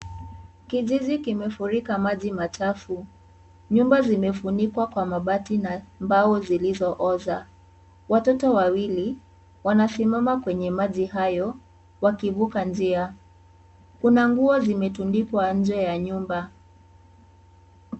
Kijiji kimefurika maji machafu. Nyumba zimefunikwa kwa mabati na mbao zilizooza. Watoto wawili, wanasimama kwenye maji hayo, wakivuka njia. Kuna nguo zimetundikwa nje ya nyumba.